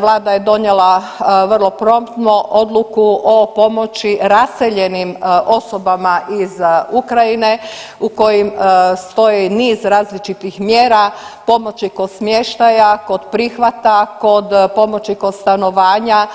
Vlada je donijela vrlo promptno odluku o pomoći raseljenim osobama iz Ukrajine u kojim stoje i niz različitih mjera pomoći kod smještaja, kod prihvata, kod pomoći kod stanovanja,